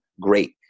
great